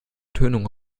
tönung